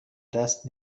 دست